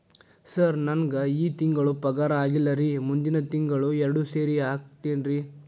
sir ನಂಗ ಈ ತಿಂಗಳು ಪಗಾರ ಆಗಿಲ್ಲಾರಿ ಮುಂದಿನ ತಿಂಗಳು ಎರಡು ಸೇರಿ ಹಾಕತೇನ್ರಿ